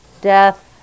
death